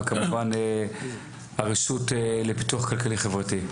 וכמובן הרשות לפיתוח כלכלי חברתי.